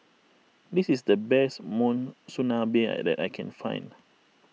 this is the best Monsunabe that I can find